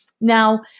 Now